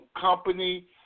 company